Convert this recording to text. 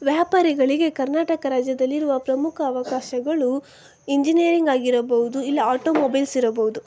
ವ್ಯಾಪಾರಿಗಳಿಗೆ ಕರ್ನಾಟಕ ರಾಜ್ಯದಲ್ಲಿರುವ ಪ್ರಮುಖ ಅವಕಾಶಗಳು ಇಂಜಿನಿಯರಿಂಗ್ ಆಗಿರಬಹುದು ಇಲ್ಲ ಆಟೋಮೊಬೈಲ್ಸ್ ಇರಬೌದು